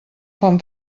fan